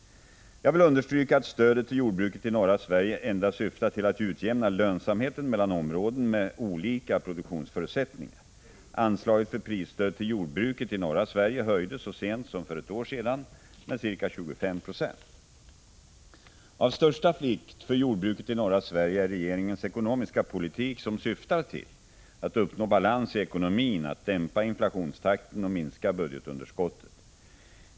Jag vill understryka att stödet till jordbruket i norra Sverige endast syftar till att utjämna lönsamheten mellan områden med olika produktionsförutsättningar. Anslaget för prisstöd till jordbruket i norra Sverige höjdes så sent som för ett år sedan med ca 25 96. Av största vikt för jordbruket i norra Sverige är regeringens ekonomiska politik, som syftar till att uppnå balans i ekonomin, att dämpa inflationstakten och minska budgetunderskottet.